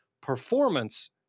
performance